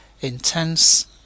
intense